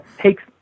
takes